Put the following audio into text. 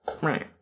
right